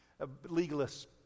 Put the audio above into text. Legalists